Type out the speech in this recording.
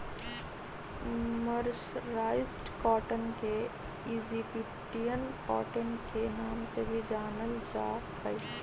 mercerised cotton के Egyptian cotton के नाम से भी जानल जा हई